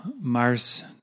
Mars